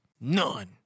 none